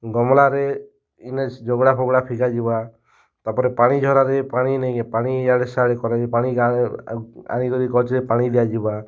ଗମ୍ଲାରେ ଇନେ ଜବ୍ଡ଼ା ଫବ୍ଡ଼ା ଫିକା ଯିବା ତା'ର୍ପରେ ପାଣି ଝରାରେ ପାଣି ନେଇ କାଏଁ ପାଣି ଇଆଡ଼େ ସିଆଡ଼େ କରିକିରି ପାଣି ଆଣିକରି ଗଛ୍ରେ ପାଣି ଦିଆଯିବା